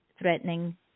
threatening